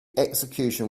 execution